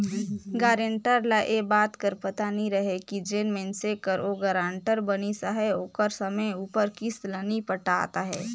guarantor ल ए बात कर पता नी रहें कि जेन मइनसे कर ओ गारंटर बनिस अहे ओहर समे उपर किस्त ल नी पटात अहे